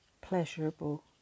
pleasurable